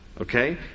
Okay